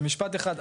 במשפט אחד,